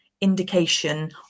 indication